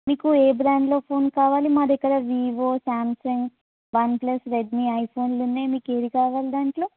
మీకు ఏ బ్రాండ్లో ఫోన్ కావాలి మా దగ్గర Vivo Samsung OnePlus Redmi ఐఫోన్లు ఉన్నాయి మీకు ఏ ఏది కావాలి దాంట్లో